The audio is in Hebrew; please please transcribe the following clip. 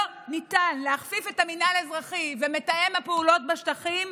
לא ניתן להכפיף את המינהל האזרחי ומתאם הפעולות בשטחים